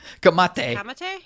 Kamate